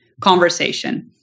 conversation